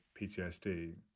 PTSD